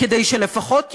כדי שלפחות יאמר,